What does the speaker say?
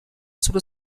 sullo